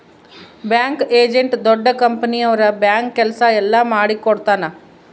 bank agent ದೊಡ್ಡ company ಅವ್ರ bank ಕೆಲ್ಸ ಎಲ್ಲ ಮಾಡಿಕೊಡ್ತನ